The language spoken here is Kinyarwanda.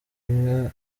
inka